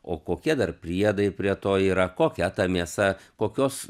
o kokie dar priedai prie to yra kokia ta mėsa kokios